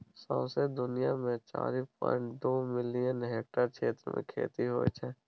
सौंसे दुनियाँ मे चारि पांइट दु मिलियन हेक्टेयर क्षेत्र मे खेती होइ छै